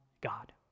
God